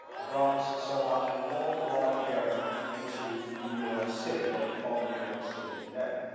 the bronx and so on were all brought together into new york city, what we call new york city today.